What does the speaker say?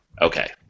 Okay